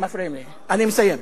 מפריעים לי, אני מסיים.